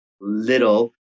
little